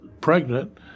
pregnant